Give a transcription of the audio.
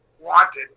wanted